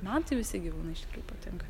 man tai visi gyvūnai iš tikrųjų patinka